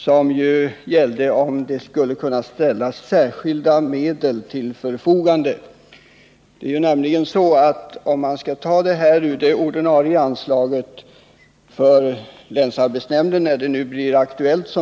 Frågan gällde om särskilda medel skulle kunna ställas till förfogande för utbyggnad av vattenledningar och ett vattenverk.